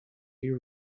you